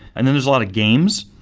and then there's a lot of games.